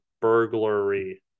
Burglary